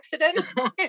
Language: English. accident